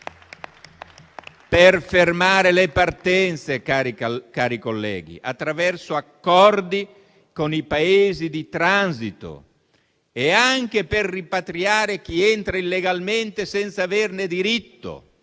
per fermare le partenze, cari colleghi, attraverso accordi con i Paesi di transito e anche per rimpatriare chi entra illegalmente senza averne diritto.